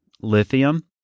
lithium